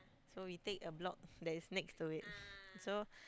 so we take a block that is next to it so